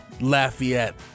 Lafayette